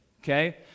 okay